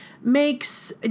makes